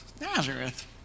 Nazareth